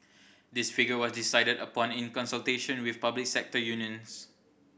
this figure was decided upon in consultation with public sector unions